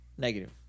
Negative